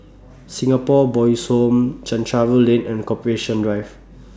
Singapore Boys' Home Chencharu Lane and Corporation Drive